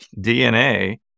DNA